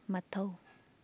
ꯃꯊꯧ